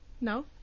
no